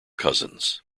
cousins